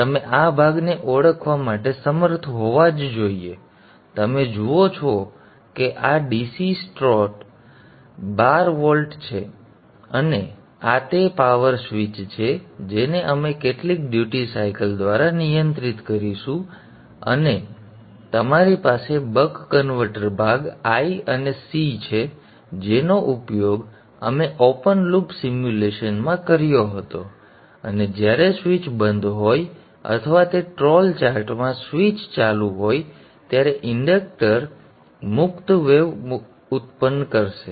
તમે આ ભાગને ઓળખવા માટે સમર્થ હોવા જ જોઇએ તમે જુઓ છો કે આ DC સ્ત્રોત 12 વોલ્ટ છે અને આ તે પાવર સ્વિચ છે જેને અમે કેટલાક ડ્યુટી સાયકલ દ્વારા નિયંત્રિત કરીશું અને તમારી પાસે બક કન્વર્ટર ભાગ l અને C છે જેનો ઉપયોગ અમે ઓપન લૂપ સિમ્યુલેશનમાં કર્યો હતો અને જ્યારે સ્વીચ બંધ હોય અથવા તે ટ્રોલ ચાર્ટ માં સ્વિચ ચાલુ હોય ત્યારે ઇંડક્ટર મુક્ત વેવ મુક્ત કરશે